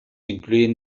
incluyen